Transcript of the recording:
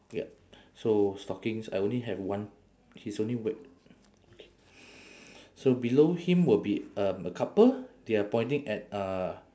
ya so stockings I only have one he's only w~ okay so below him will be um a couple they are pointing at uh